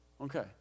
Okay